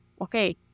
okay